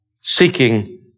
seeking